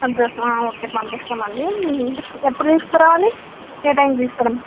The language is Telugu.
అడ్రస్ ఓకే పంపిస్తామండి ఎప్పుడు తీసుకురావాలి ఏ టైంకి తీసుకురమంటారు